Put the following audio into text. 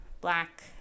black